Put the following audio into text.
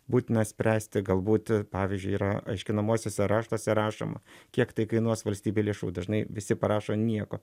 būtina spręsti galbūt pavyzdžiui yra aiškinamuosiuose raštuose rašoma kiek tai kainuos valstybei lėšų dažnai visi parašo nieko